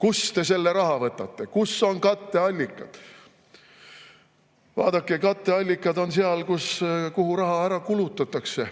Kust te selle raha võtate? Kus on katteallikad? Vaadake, katteallikad on seal, kuhu raha ära kulutatakse.